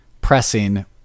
pressing